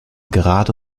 gerade